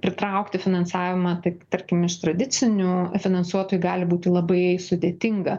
pritraukti finansavimą tai tarkim iš tradicinių finansuotojų gali būti labai sudėtinga